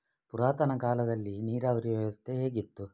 ಪುರಾತನ ಕಾಲದಲ್ಲಿ ನೀರಾವರಿ ವ್ಯವಸ್ಥೆ ಹೇಗಿತ್ತು?